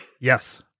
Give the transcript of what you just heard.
Yes